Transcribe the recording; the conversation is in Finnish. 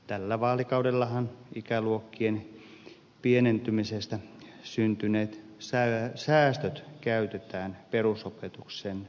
tällä vaalikaudellahan ikäluokkien pienentymisestä syntyneet säästöt käytetään perusopetuksen kehittämiseen